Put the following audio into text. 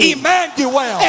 Emmanuel